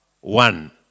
one